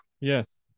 yes